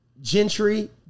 Gentry